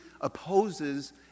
opposes